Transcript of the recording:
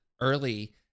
early